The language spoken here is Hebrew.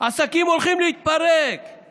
עסקים הולכים להתפרק,